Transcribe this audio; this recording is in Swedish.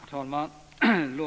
Herr talman!